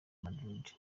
madrid